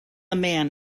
man